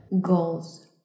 goals